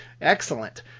Excellent